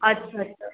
আচ্ছা আচ্ছা